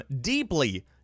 deeply